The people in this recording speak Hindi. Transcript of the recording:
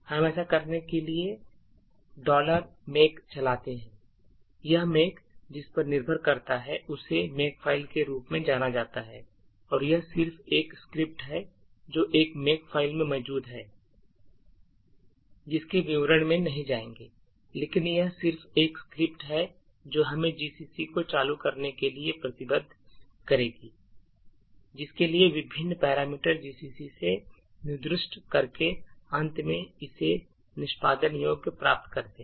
हम ऐसा करने के लिए make चलाते हैं यह make जिस पर निर्भर करता है उसे makefile के रूप में जाना जाता है और यह सिर्फ एक script है जो एक makefile में मौजूद है जिसके विवरण में नहीं जाएंगे लेकिन यह सिर्फ एक script है जो हमें gcc को लागू करने के लिए प्रतिबद्ध करेगी जिसके लिए विभिन्न पैरामीटर gcc से निर्दिष्ट करके अंत में इसे निष्पादन योग्य प्राप्त करते हैं